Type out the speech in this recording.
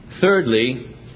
Thirdly